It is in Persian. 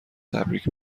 تبریک